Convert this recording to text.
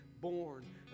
born